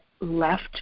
left